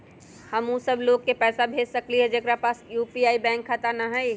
हम उ सब लोग के पैसा भेज सकली ह जेकरा पास यू.पी.आई बैंक खाता न हई?